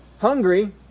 hungry